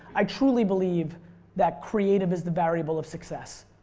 i truly believe that creative is the variable of success.